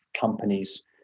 companies